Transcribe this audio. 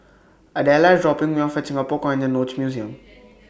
Adella IS dropping Me off At Singapore Coins and Notes Museum